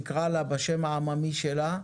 נקרא לה בשם העממי שלה,